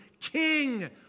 King